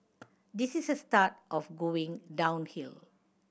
this is the start of going downhill